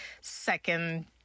second